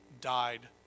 died